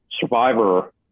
survivor